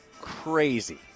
crazy